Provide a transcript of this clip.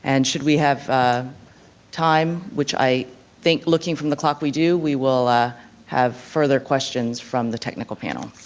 and should we have time, which i think looking from the clock we do, we will have further questions from the technical panel.